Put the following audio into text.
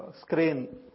screen